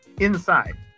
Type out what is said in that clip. inside